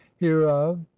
hereof